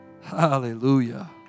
Hallelujah